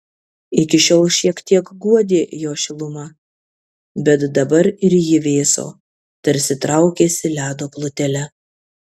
iki šiol šiek tiek guodė jo šiluma bet dabar ir ji vėso tarsi traukėsi ledo plutele